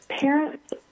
Parents